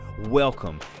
welcome